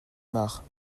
mare